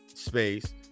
space